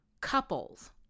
couples